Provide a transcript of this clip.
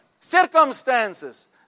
circumstances